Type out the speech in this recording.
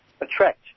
attract